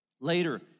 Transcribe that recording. Later